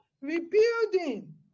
rebuilding